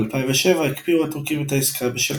ב-2007 הקפיאו הטורקים את העסקה בשל